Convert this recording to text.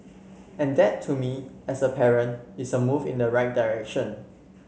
and that to me as a parent is a move in the right direction